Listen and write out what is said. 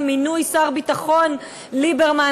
עם מינוי שר הביטחון ליברמן,